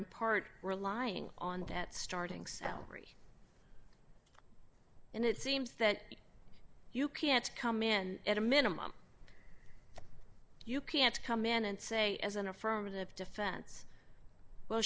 in part relying on that starting salary and it seems that you can't come in at a minimum you can't come in and say as an affirmative defense well